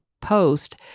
post